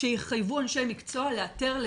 שחייבו אנשי מקצוע לאתר,